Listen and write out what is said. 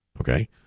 Okay